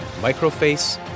Microface